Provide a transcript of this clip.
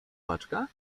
paczka